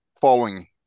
following